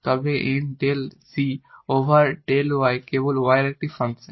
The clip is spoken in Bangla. তবে এটি N del g over del y কেবল y এর একটি ফাংশন